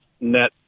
net